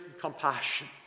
compassion